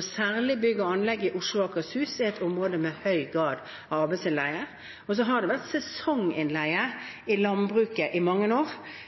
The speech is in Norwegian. Særlig bygg og anlegg i Oslo og Akershus er et område med høy grad av arbeidsinnleie. Og så har det vært sesonginnleie i landbruket i mange år